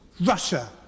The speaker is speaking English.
Russia